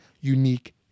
unique